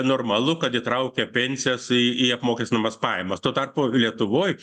normalu kad įtraukia pensijas į į apmokestinamas pajamas tuo tarpu lietuvoj